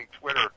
Twitter